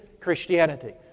Christianity